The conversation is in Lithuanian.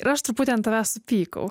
ir aš truputį ant tavęs supykau